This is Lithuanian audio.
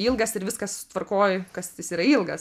ilgas ir viskas tvarkoj kas jis yra ilgas